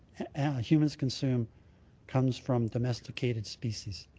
humans consume comes from domesticated species.